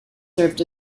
served